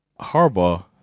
Harbaugh